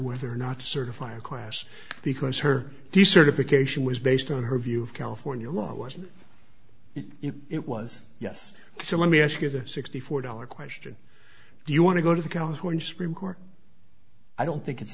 whether or not to certify a class because her the certification was based on her view of california law wasn't it it was yes so let me ask you the sixty four dollar question do you want to go to the can on one supreme court i don't think it's